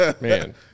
Man